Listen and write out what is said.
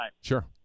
Sure